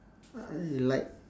I like